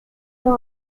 los